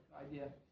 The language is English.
idea